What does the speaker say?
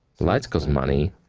light costs money,